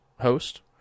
Host